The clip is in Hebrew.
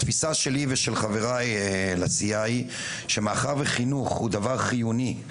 התפיסה שלי ושל חבריי לסיעה היא שמאחר וחינוך הוא דבר חיוני,